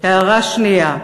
הערה שנייה: